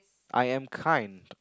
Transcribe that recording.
I am kind